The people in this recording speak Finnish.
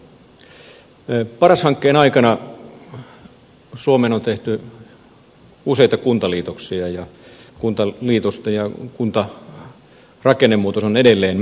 paras hankkeen aikana suomeen on tehty useita kuntaliitoksia ja kuntarakennemuutos on edelleen menossa